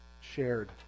shared